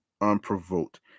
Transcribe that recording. unprovoked